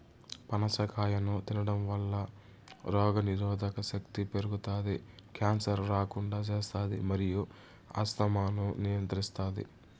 పనస కాయను తినడంవల్ల రోగనిరోధక శక్తి పెరుగుతాది, క్యాన్సర్ రాకుండా చేస్తాది మరియు ఆస్తమాను నియంత్రిస్తాది